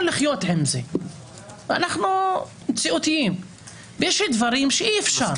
לחיות עם זה ואנחנו מציאותיים אבל יש דברים אי אפשר.